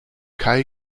kai